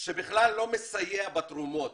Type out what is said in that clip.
שבכלל לא מסייע בתרומות,